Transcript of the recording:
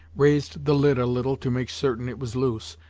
raised the lid a little to make certain it was loose,